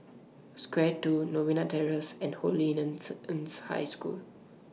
Square two Novena Terrace and Holy Innocents' High School